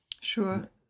Sure